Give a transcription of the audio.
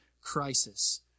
crisis